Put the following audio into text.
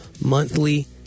monthly